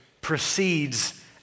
precedes